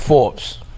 Forbes